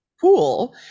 pool